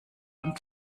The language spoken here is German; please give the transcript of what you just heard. und